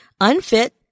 unfit